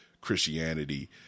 Christianity